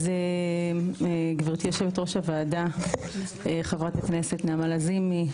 אז גבירתי יושבת ראש הוועדה חברת הכנסת נעמה לזימי,